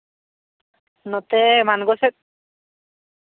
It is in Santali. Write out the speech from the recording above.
ᱱᱚᱛᱮ ᱢᱟᱱᱜᱳ ᱥᱮᱫ